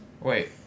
Wait